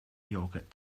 yogurt